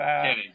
kidding